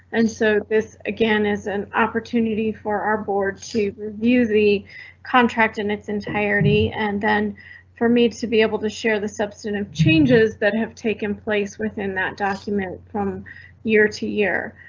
and so this again is an opportunity for our board to review the contract in its entire t and then for me to be able to share the substantive changes that have taken place within that document from year to year.